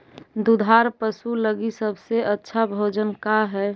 दुधार पशु लगीं सबसे अच्छा भोजन का हई?